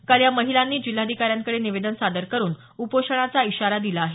काल या महिलांनी जिल्हाधिकाऱ्यांकडे निवेदन सादर करून उपोषणाचा इशारा दिला आहे